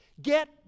Get